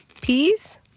peas